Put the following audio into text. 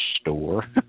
store